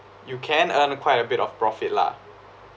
you can earn quite a bit of profit lah